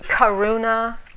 karuna